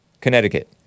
Connecticut